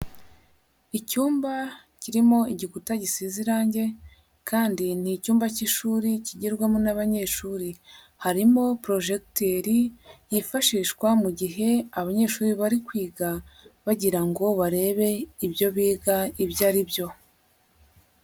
Icyumba kirimo igikuta gisize irangi kandi ni icyumba cy'ishuri kigirwamo n'abanyeshuri. Harimo porojegiteri yifashishwa mu gihe abanyeshuri bari kwiga bagira ngo barebe ibyo biga ibyo ari byo.